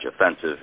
offensive